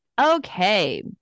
okay